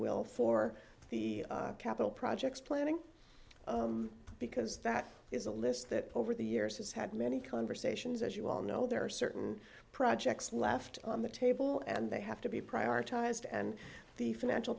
will for the capital projects planning because that is a list that over the years has had many conversations as you well know there are certain projects left on the table and they have to be prioritized and the financial